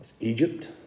Egypt